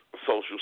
Social